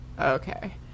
Okay